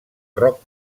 roc